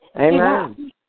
Amen